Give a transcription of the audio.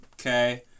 okay